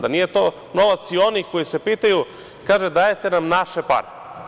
Da nije to novac i onih koji se pitaju, kažu - dajete nam naše pare.